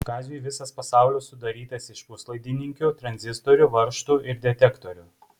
kaziui visas pasaulis sudarytas iš puslaidininkių tranzistorių varžtų ir detektorių